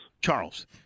Charles